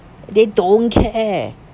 they don't care